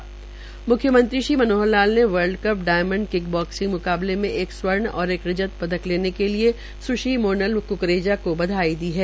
म्ख्यमंत्री श्री मनोहर लाल ने world cup diamond kick boxing मुकाबले मे एक स्वर्ण और रजत पदक लेने के लिए स्श्री मोनल क्करेजा को बधाई दी है